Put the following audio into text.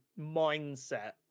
mindset